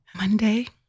Monday